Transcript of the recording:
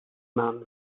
ممنون